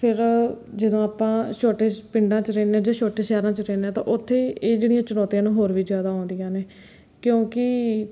ਫਿਰ ਜਦੋਂ ਆਪਾਂ ਛੋਟੇ ਪਿੰਡਾਂ 'ਚ ਰਹਿੰਦੇ ਜਾਂ ਛੋਟੇ ਸ਼ਹਿਰਾਂ 'ਚ ਰਹਿੰਦੇ ਹਾਂ ਤਾਂ ਉੱਥੇ ਇਹ ਜਿਹੜੀਆਂ ਚੁਣੌਤੀਆਂ ਨੇ ਹੋਰ ਵੀ ਜ਼ਿਆਦਾ ਆਉਂਦੀਆਂ ਨੇ ਕਿਉਂਕਿ